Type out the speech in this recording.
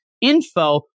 info